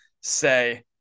say